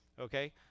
okay